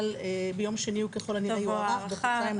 אבל ביום שני הוא ככל הנראה יוארך בחודשיים נוספים.